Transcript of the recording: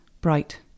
bright